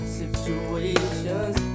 situations